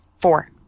four